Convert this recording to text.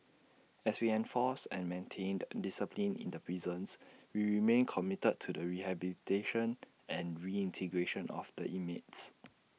as we enforced and maintained discipline in the prisons we remain committed to the rehabilitation and reintegration of the inmates